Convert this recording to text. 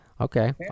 Okay